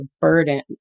burden